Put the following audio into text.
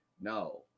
No